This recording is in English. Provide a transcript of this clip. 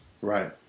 Right